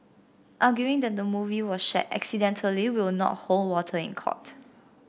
arguing that the movie was shared accidentally will not hold water in court